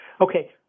Okay